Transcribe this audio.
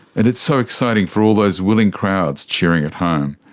and it's so exciting for all those willing crowds cheering at home.